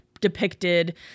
depicted